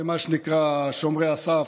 למה שנקרא שומרי הסף,